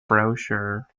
brochure